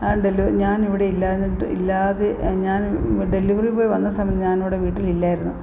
ഞാൻ ഞാൻ ഇവിടെ ഇല്ലാഞ്ഞിട്ട് ഇല്ലാതെ ഞാൻ ഡെലിവറി ബോയ് വന്ന സമയം ഞാനിവിടെ വീട്ടിലില്ലായിരുന്നു